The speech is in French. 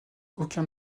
aucun